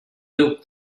look